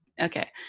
okay